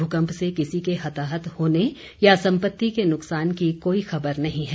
भूकंप से किसी के हताहत होने या संपत्ति के नुकसान की कोई खबर नहीं है